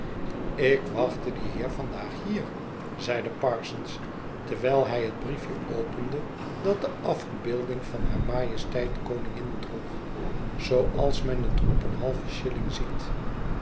ik wachtte dien heer van daag hier zeide parsons terwijl hij het briefje opende dat de afbeelding van haar majesteit de koningin droeg zooals men het op een halven shilling ziet